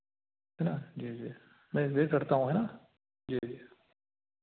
है ना जी जी मैं वेट करता हूँ है ना जी जी